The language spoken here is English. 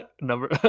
number